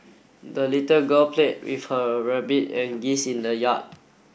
the little girl played with her rabbit and geese in the yard